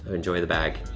enjoy the bag.